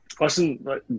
listen